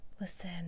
listen